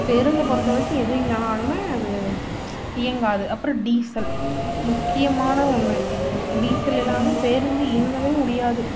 பேருந்தை பொறுத்த வரைக்கும் எது இல்லைன்னாலுமே அது இயங்காது அப்புறம் டீசல் முக்கியமான ஒன்று டீசல் இல்லாமல் பேருந்து இயங்கவே முடியாது